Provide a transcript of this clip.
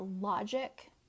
logic